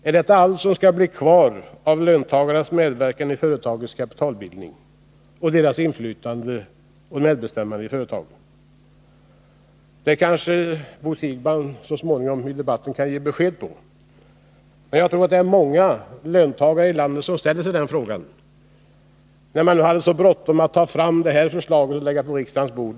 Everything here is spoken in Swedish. Är detta allt som skall bli kvar av löntagarnas medverkan i företagens kapitalbildning samt av deras inflytande och medbestämmande i företagen? Det kanske Bo Siegbahn senare i debatten kan ge besked om. Jag tror att många löntagare i vårt land frågar sig det. Man hade ju så bråttom med att ta fram det här förslaget och att lägga det på riksdagens bord.